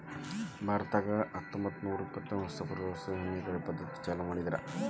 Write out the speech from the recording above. ಭಾರತದಾಗ ಹತ್ತಂಬತ್ತನೂರಾ ಇಪ್ಪತ್ತರಾಗ ಹೊಸ ಪದ್ದತಿಯ ಹೈನುಗಾರಿಕೆ ಪದ್ದತಿಯನ್ನ ಚಾಲೂ ಮಾಡಿದ್ರು